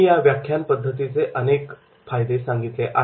या व्याख्यान पद्धतीचे अनेक फायदे आहेत